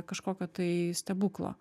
kažkokio tai stebuklo